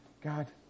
God